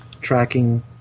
tracking